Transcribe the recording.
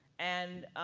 and,